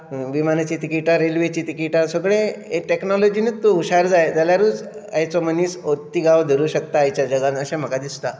विमानाची तिकेटां रेल्वेचीं तिकेटां हें सगळें टॅक्नोलोजीनूच हुशार जाल्या जाल्यारूच आयचो मनीस हो तिगाव दवरूं शकता आयच्या जगांत अशें म्हाका दिसता